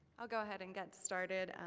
i'll go ahead and get started.